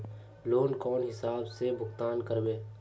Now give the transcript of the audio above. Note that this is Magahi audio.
लोन कौन हिसाब से भुगतान करबे?